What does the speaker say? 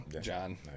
John